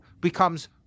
becomes